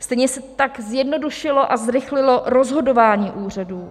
Stejně tak se zjednodušilo a zrychlilo rozhodování úřadů.